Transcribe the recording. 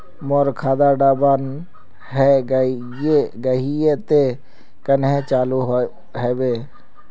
मोर खाता डा बन है गहिये ते कन्हे चालू हैबे?